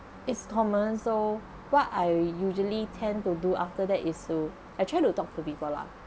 it's common so what I usually tend to do after that is to I try to talk to people lah